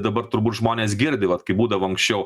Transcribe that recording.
dabar turbūt žmonės girdi vat kaip būdavo anksčiau